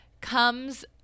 comes